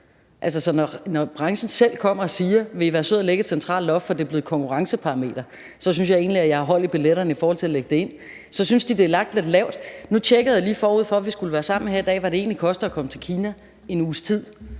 et centralt loft, for det er blevet et konkurrenceparameter, så synes jeg egentlig, at jeg har hold i billetterne i forhold til at lægge det ind. Så synes de, det er lagt lidt lavt. Nu tjekkede jeg lige, forud for at vi skulle være sammen her i dag, hvad det egentlig koster at komme til Kina i en uges tid,